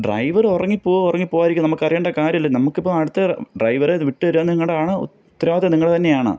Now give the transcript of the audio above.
driver ഉറങ്ങിപ്പോവുകയോ ഉറങ്ങി പോവാതിരിക്കുകയോ നമുക്കറിയേണ്ട കാര്യമില്ല നമുക്കിപ്പം അടുത്ത ഡ്രൈവറെ വിട്ടുതരിക നിങ്ങളുടെയാണ് ഉത്തരവാദിത്വം നിങ്ങളുടെ തന്നെയാണ്